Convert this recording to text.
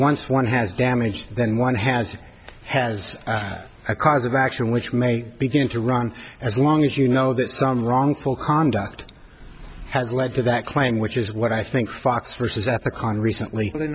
once one has damaged then one has has a cause of action which may begin to run as long as you know that some wrongful conduct has led to that claim which is what i think fox versus at the con recently